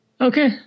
Okay